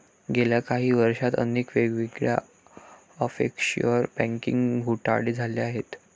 गेल्या काही वर्षांत अनेक वेगवेगळे ऑफशोअर बँकिंग घोटाळे झाले आहेत